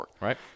Right